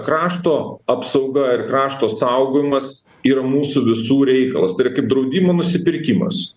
krašto apsauga ir krašto saugojimas yra mūsų visų reikalas tai yra kaip draudimo nusipirkimas